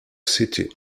city